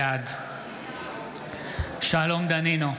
בעד שלום דנינו,